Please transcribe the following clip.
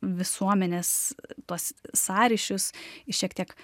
visuomenės tuos sąryšius į šiek tiek